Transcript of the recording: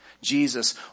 Jesus